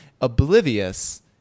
oblivious